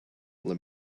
let